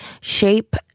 shape